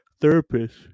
therapist